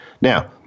Now